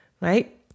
right